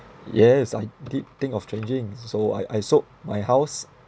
yes I did think of changing so I I sold my house